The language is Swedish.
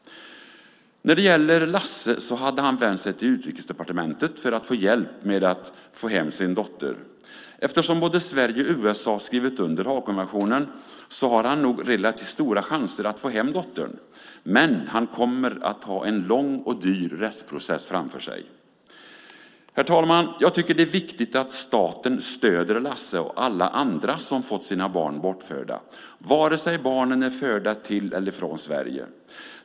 Lasse har vänt sig till Utrikesdepartementet för att få hjälp med att få hem sin dotter. Eftersom både Sverige och USA har skrivit under Haagkonventionen har han nog relativt stora chanser att få hem dottern. Men han kommer att ha en lång och dyr rättsprocess framför sig. Herr talman! Jag tycker att det är viktigt att staten stöder Lasse och alla andra som fått sina barn bortförda, vare sig barnen är förda till eller från Sverige.